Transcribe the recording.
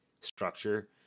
structure